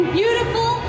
beautiful